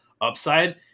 upside